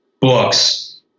books